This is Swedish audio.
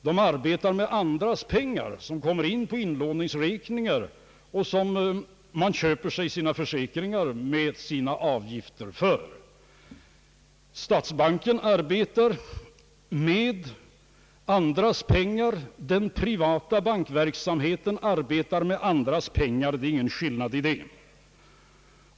De arbetar med andras pengar, de som kommer in på inlåningsräkningar och när folk köper försäkringar. Statsbanken arbetar med andras pengar, liksom den privata banksektorn arbetar med andras pengar. Det är ingen skillnad i det avseendet.